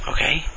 okay